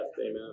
Amen